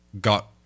got